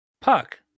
Puck